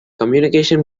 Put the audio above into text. communication